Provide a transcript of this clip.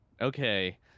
okay